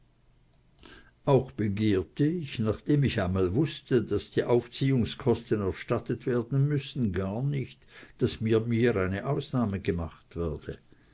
auch begehrte ich nachdem ich einmal wußte daß die auferziehungskosten erstattet werden müßten gar nicht daß mit mir eine ausnahme gemacht werde